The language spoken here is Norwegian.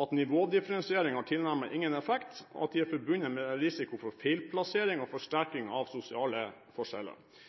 at nivådifferensiering «har tilnærmet ingen effekt», og at dette er «forbundet med risiko for feilplassering og forsterking av sosiale forskjeller».